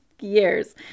years